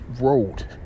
road